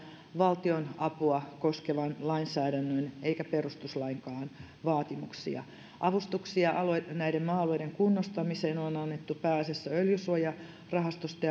valtionapua koskevan lainsäädännön eikä perustuslainkaan vaatimuksia avustuksia näiden maa alueiden kunnostamiseen on annettu pääasiassa öljysuojarahastosta